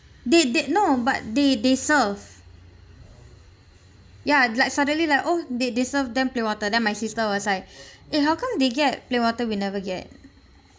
they they no but they they serve ya like suddenly like oh they they served them plain water then my sister was like eh how come they get plain water we never get